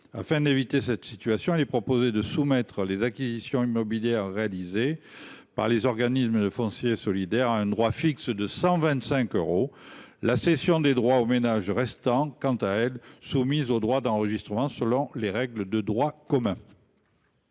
Afin d’éviter cette situation, il est proposé de soumettre les acquisitions immobilières réalisées par les organismes de foncier solidaire au droit fixe de 125 euros, la cession des droits aux ménages restant, quant à elle, soumise aux droits d’enregistrement selon les règles de droit commun.